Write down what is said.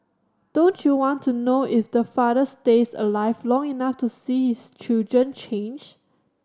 don't you want to know if the father stays alive long enough to see his children change